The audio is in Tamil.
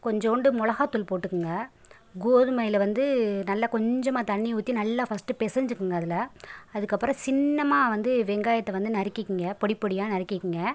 கொஞ்சோண்டு மிளகா தூள் போட்டுக்கோங்க கோதுமைவில் வந்து நல்ல கொஞ்சமாக தண்ணி ஊற்றி நல்லா ஃபஸ்ட் பெசஜிக்குங்க அதில் அதுக்கு அப்புறம் சின்னமாக வந்து வெங்காயத்தை வந்து நறுக்கிக்குங்க பொடி பொடியாக நறுக்கிக்கோங்க